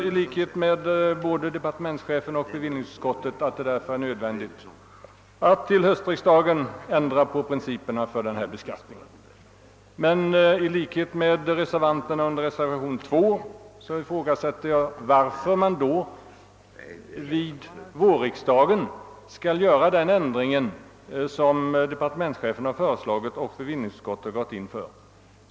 I likhet med departementschefen och bevillningsutskottet tror jag att det där för är nödvändigt att vid höstriksdagen ändra på principerna för denna beskattning. Liksom de som avgivit reservationen 2 undrar jag varför man nu under vårriksdagen skall göra den ändring som departementschefen föreslagit och som bevillningsutskottet tillstyrkt.